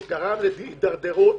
והוא גרם להידרדרות,